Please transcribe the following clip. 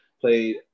Played